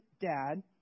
dad